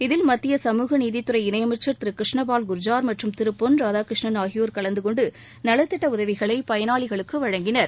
இதில் மத்திய சமூகநீதித்துறை இணையமைச்சர் திரு கிருஷ்ணபால் குர்ஜார் மற்றும் திரு பொன் ராதாகிருஷ்ணன் ஆகியோர் கலந்து கொண்டு நலத்திட்ட உதவிகளை பயனாளிகளுக்கு வழங்கினர்